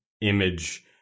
image